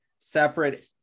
separate